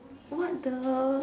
what the